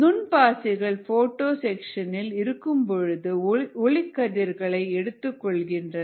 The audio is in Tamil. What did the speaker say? நுண் பாசிகள் போட்டோ செக்ஷனில் இருக்கும்பொழுது ஒளிக்கதிர்களை எடுத்துக்கொள்கின்றன